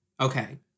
Okay